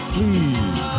Please